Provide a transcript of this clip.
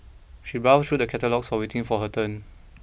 she browsed through the catalogues while waiting for her turn